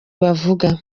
bavuga